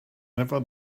never